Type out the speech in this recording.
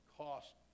cost